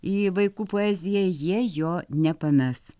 į vaikų poeziją jie jo nepames